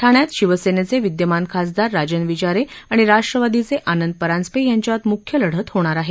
ठाण्यात शिवसेनेचे विद्यमान खासदार राजन विचारे आणि राष्ट्रवादीचे आनंद परांजपे यांच्यात मुख्य लढत होणार आहे